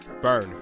Burn